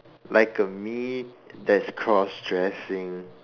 like a me that's cross dressing